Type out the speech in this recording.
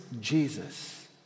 Jesus